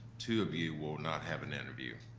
two of you will not have an interview,